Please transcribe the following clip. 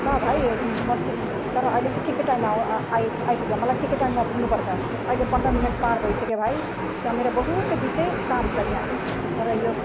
ल भाइ तर अहिले चाहिँ ठिक टाइममा आउ आइ आइपुग मलाई ठिक टाइममा पुग्नु पर्छ अहिले पन्ध्र मिनट पार भइसक्यो भाइ त्यहाँ मेरो बहुत विशेष काम छ त्यहाँ तर यो